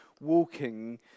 walking